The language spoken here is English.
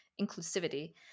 inclusivity